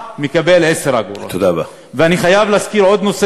אפילו שקל אחד לא עבר, וזה לא הפתיע אותי.